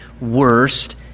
worst